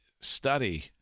study